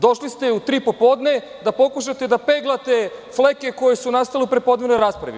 Došli ste u tri popodne, da pokušate da peglate fleke koje su nastale u prepodnevnoj raspravi.